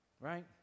Right